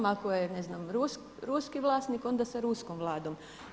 Ako je ne znam ruski vlasnik, onda sa ruskom Vladom.